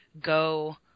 Go